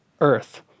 earth